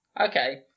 Okay